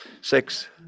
Six